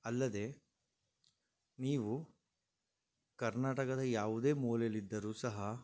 ಅಲ್ಲದೆ ನೀವು ಕರ್ನಾಟಕದ ಯಾವುದೆ ಮೂಲೆಯಲ್ಲಿದ್ದರು ಸಹ